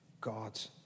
God's